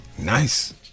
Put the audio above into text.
Nice